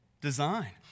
design